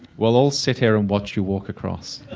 we'll all sit here and watch you walk across.